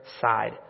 side